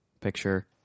picture